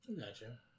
Gotcha